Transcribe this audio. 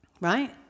right